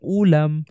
ulam